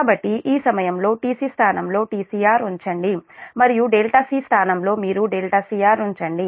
కాబట్టి ఈ సమీకరణంలో tc స్థానంలోtcr ఉంచండి మరియు c స్థానంలో మీరుcr ఉంచండి